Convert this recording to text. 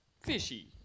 fishy